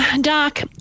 Doc